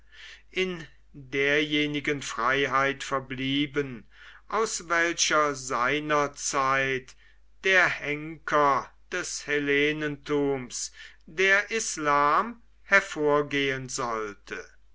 in derjenigen freiheit verblieben aus welcher seinerzeit der henker des hellenentums der islam hervorgehen sollte